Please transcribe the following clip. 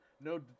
no